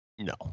No